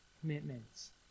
commitments